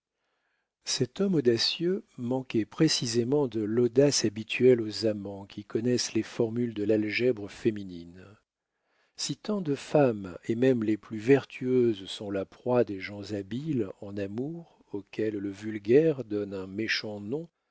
cet homme audacieux manquait précisément de l'audace habituelle aux amants qui connaissent les formules de l'algèbre féminine si tant de femmes et même les plus vertueuses sont la proie des gens habiles en amour auxquels le vulgaire donne un méchant nom